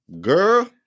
Girl